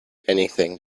anything